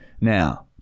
now